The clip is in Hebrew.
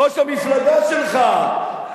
ראש המפלגה שלך,